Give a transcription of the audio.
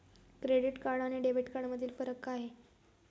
Credit card आणि debit कार्डमधील फरक काय आहे?